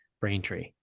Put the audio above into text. Braintree